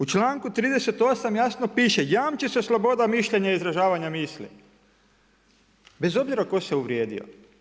U članku 38. jasno piše jamči se sloboda mišljenja i izražavanja misli bez obzira tko se uvrijedio.